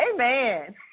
Amen